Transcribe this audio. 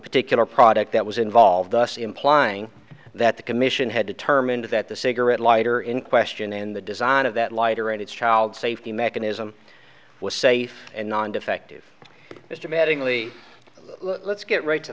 particular product that was involved thus implying that the commission had determined that the cigarette lighter in question in the design of that lighter and its child safety mechanism was safe and non defective mr mattingly let's get right to